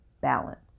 balance